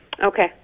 Okay